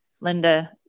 Linda